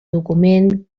document